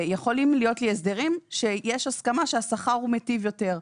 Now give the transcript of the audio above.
יכולים להיות לי הסדרים שיש הסכמה שהשכר הוא מיטיב יותר.